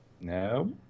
No